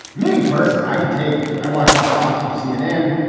me personally, i could take it. i watch on fox or cnn,